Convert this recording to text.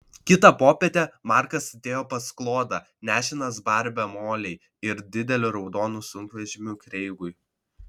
kitą popietę markas atėjo pas klodą nešinas barbe molei ir dideliu raudonu sunkvežimiu kreigui